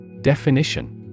Definition